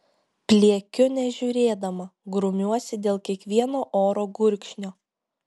pliekiu nežiūrėdama grumiuosi dėl kiekvieno oro gurkšnio